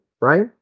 Right